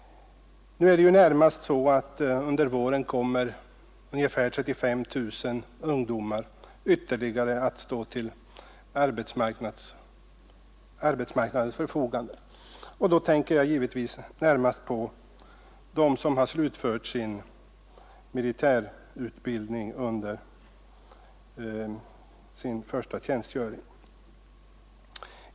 Under våren kommer ytterligare ungefär 35 000 ungdomar att stå till arbetsmarknadens förfogande. Givetvis tänker jag då närmast på dem som har avslutat sin första militärtjänstgöring.